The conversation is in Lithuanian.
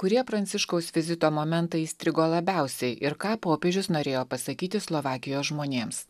kurie pranciškaus vizito momentai įstrigo labiausiai ir ką popiežius norėjo pasakyti slovakijos žmonėms